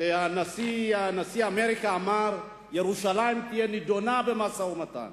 ונשיא אמריקה אמר: ירושלים תהיה נדונה במשא-ומתן.